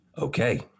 Okay